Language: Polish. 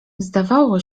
zdawało